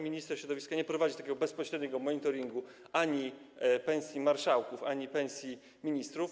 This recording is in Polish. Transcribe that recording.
Minister środowiska nie prowadzi takiego bezpośredniego monitoringu ani pensji marszałków, ani pensji ministrów.